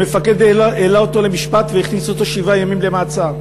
המפקד העלה אותו למשפט והכניס אותו שבעה ימים למעצר.